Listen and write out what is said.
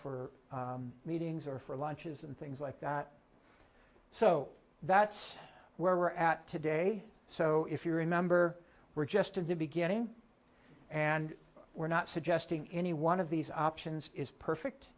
or for lunches and things like that so that's where we're at today so if you're a member we're just in the beginning and we're not suggesting any one of these options is perfect